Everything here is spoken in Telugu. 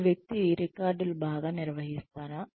ఈ వ్యక్తి రికార్డులు బాగా నిర్వహిస్తారా